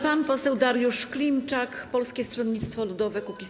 Pan poseł Dariusz Klimczak, Polskie Stronnictwo Ludowe - Kukiz15.